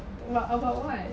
but about what